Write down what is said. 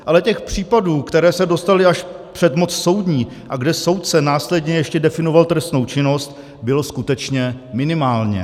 Ale těch případů, které se dostaly až před moc soudní a kde soudce následně ještě definoval trestnou činnost, bylo skutečně minimálně.